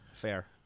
Fair